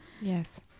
Yes